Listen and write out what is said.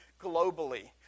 globally